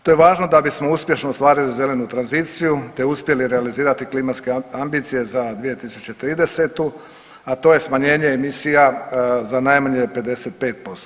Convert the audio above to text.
To je važno da bismo uspješno ostvarili zelenu tranziciju te uspjeli realizirati klimatske ambicije za 2030., a to je smanjene emisija za najmanje 55%